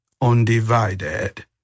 undivided